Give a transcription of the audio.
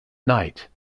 night